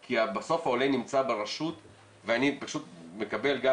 כי בסוף העולה נמצא ברשות ואני מקבל גם,